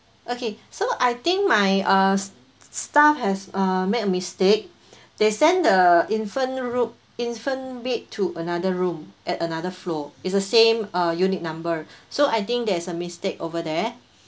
okay so I think my uh s~ staff has uh made a mistake they send the infant roo~ infant bed to another room at another floor is the same uh unit number so I think there's a mistake over there